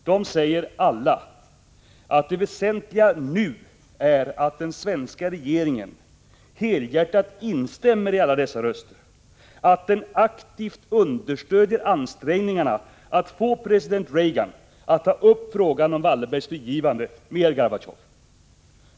De säger alla att det väsentliga nu är att den svenska regeringen helhjärtat instämmer i vad alla dessa röster framför, att den aktivt understödjer ansträngningarna att få president Reagan att ta upp frågan om Wallenbergs frigivande med herr Gorbatjov.